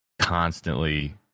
constantly